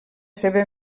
seva